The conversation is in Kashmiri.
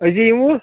أزی یِموٕ